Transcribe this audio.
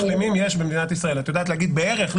את יודעת להגיד בערך?